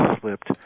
slipped